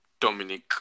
Dominic